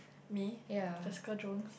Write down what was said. me Jessica-Jones